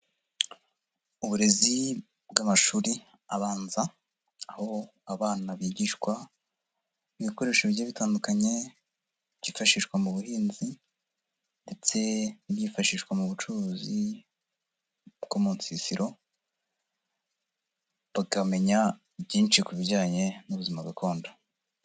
Uburezi bw'amashuri abanza, aho abana bigishwa, ibikoresho bigiye bitandukanye, byifashishwa mu buhinzi ndetse n'ibyifashishwa mu bucuruzi bwo mu nsisiro, bakamenya byinshi ku bijyanye n'ubuzima gakondo.